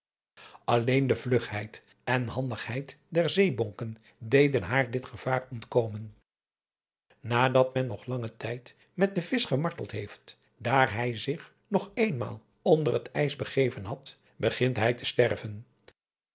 alleen de vlugheid en handigheid der zeebonken deden haar dit gevaar ontkomen nadat men nog langen tijd met den visch gemarteld heeft daar hij zich nog eenmaal onder het ijs begeven had begint hij te sterven